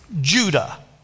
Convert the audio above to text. Judah